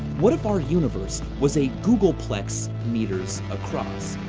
what if our universe was a googolplex meters across?